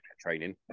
training